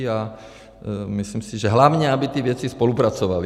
A myslím si, že hlavně aby ti vědci spolupracovali.